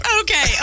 Okay